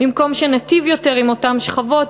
במקום שניטיב יותר עם אותן שכבות,